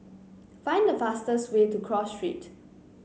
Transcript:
find the fastest way to Cross Street